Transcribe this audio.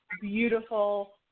beautiful